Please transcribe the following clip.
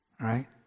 right